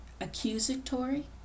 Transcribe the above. accusatory